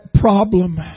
problem